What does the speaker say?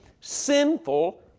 sinful